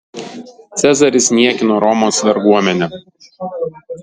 cezaris niekino romos varguomenę